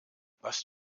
was